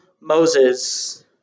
Moses